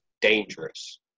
dangerous